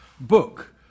book